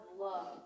love